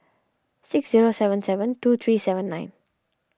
six zero seven seven two three seven nine